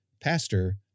Pastor